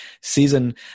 season